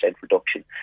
reduction